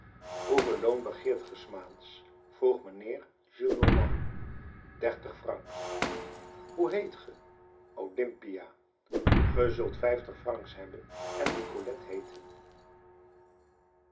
hoeveel loon begeert ge s maands vroeg mijnheer gillenormand dertig francs hoe heet ge olympia ge zult vijftig francs hebben en nicolette heeten